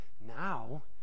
now